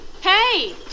Hey